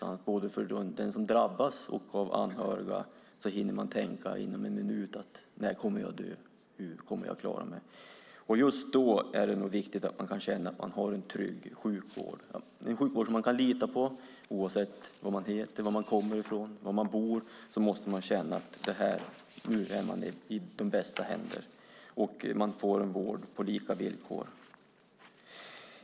Jag tror att jag har sett någonstans att man, när man får beskedet att man har cancer, inom en minut hinner tänka: När kommer jag att dö? Hur kommer jag att klara mig? Just då är det nog viktigt att man kan känna att man har en trygg sjukvård, en sjukvård som man kan lita på. Oavsett vad man heter, var man kommer ifrån och var man bor måste man känna att man är i de bästa händer och att man får en vård på lika villkor.